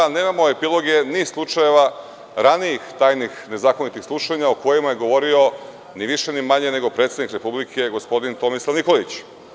Nemamo epiloge ni slučajeva ranijih tajnih nezakonitih slušanja, o kojima je govorio ni više ni manje nego predsednik Republike, gospodin Tomislav Nikolić.